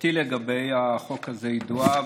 דעתי לגבי החוק הזה ידועה,